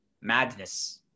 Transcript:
madness